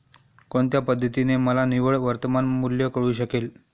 कोणत्या पद्धतीने मला निव्वळ वर्तमान मूल्य कळू शकेल?